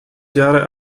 jahre